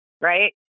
Right